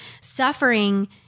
suffering